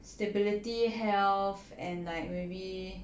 stability health and like maybe